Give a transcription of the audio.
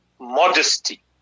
modesty